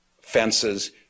fences